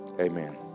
Amen